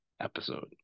episode